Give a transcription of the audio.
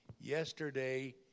yesterday